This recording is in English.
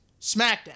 SmackDown